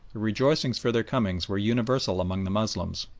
the rejoicings for their coming were universal among the moslems,